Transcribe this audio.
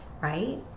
right